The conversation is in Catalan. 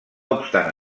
obstant